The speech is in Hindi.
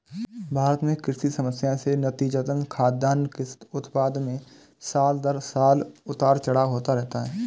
भारत में कृषि समस्याएं से नतीजतन, खाद्यान्न के उत्पादन में साल दर साल उतार चढ़ाव होता रहता है